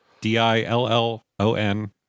D-I-L-L-O-N